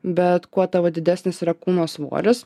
bet kuo tavo didesnis yra kūno svoris